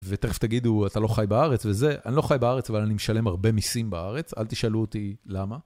ותכף תגידו, אתה לא חי בארץ וזה. אני לא חי בארץ אבל אני משלם הרבה מיסים בארץ, אל תשאלו אותי למה.